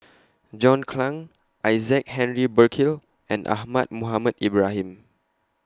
John Clang Isaac Henry Burkill and Ahmad Mohamed Ibrahim